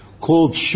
called